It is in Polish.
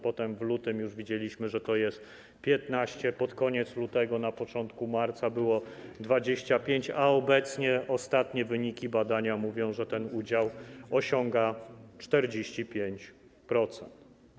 Potem w lutym już widzieliśmy, że jest 15%, pod koniec lutego, na początku marca było 25%, a obecnie, ostatnie wyniki badania o tym mówią, ten udział sięga 45%.